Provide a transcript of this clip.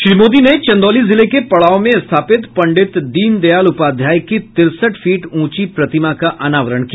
श्री मोदी ने चंदौली जिले के पड़ाव में स्थापित पंडित दीनदयाल उपाध्याय की तिरसठ फीट उंची प्रतिमा का अनावरण किया